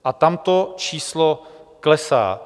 A tam to číslo klesá.